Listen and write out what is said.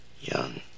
young